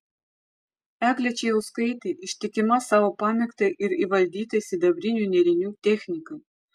eglė čėjauskaitė ištikima savo pamėgtai ir įvaldytai sidabrinių nėrinių technikai